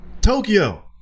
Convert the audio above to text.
Tokyo